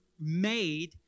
made